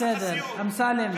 בטח, אמסלם, אמסלם,